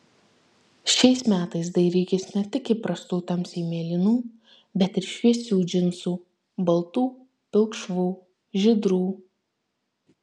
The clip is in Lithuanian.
šiais metais dairykis ne tik įprastų tamsiai mėlynų bet ir šviesių džinsų baltų pilkšvų žydrų